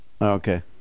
Okay